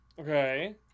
Okay